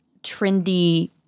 trendy